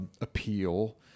appeal